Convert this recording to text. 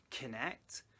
connect